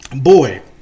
boy